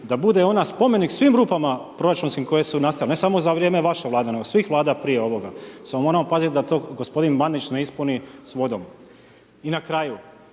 da bude ona spomenik svim rupama, proračunskih koje su nastale. Ne samo za vrijeme vaše vlade, nego svih vlada prije ovoga, samo moramo paziti da to gospodin Bandić ne ispuni s vodom. I na kraju,